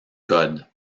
code